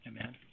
Amen